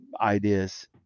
ideas